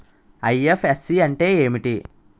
IFSC అంటే ఏమిటి?